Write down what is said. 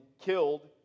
killed